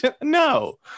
no